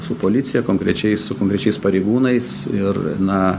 su policija konkrečiai su konkrečiais pareigūnais ir na